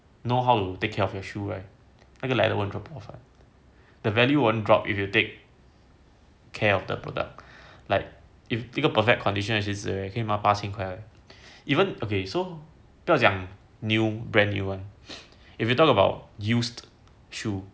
know how to take care of your shoe right 那个 leather won't drop off [one] the value won't drop if you take care of the product like if 这个 perfect condition 可以卖八千块 right even okay so 不要讲 new brand new one if you talk about used shoe